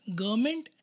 government